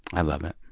i love it.